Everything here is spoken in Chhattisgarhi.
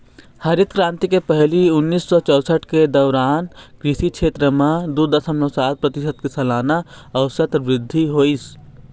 हरित करांति के पहिली उन्नीस सौ चउसठ के दउरान कृषि छेत्र म दू दसमलव सात परतिसत के सलाना अउसत बृद्धि होइस